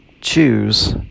choose